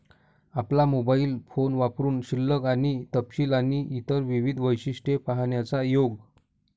आपला mobile phone वापरुन शिल्लक आणि तपशील आणि इतर विविध वैशिष्ट्ये पाहण्याचा योग